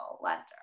lender